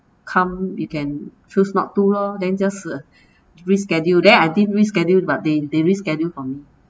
come you can choose not to lor then just reschedule then I did rescheduled but they they rescheduled for me